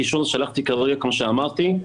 שלחתי כרגע את הקישור כפי שאמרתי,